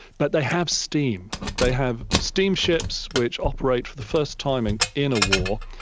but they have steam. they have steam ships which operate for the first time and in a war.